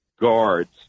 guards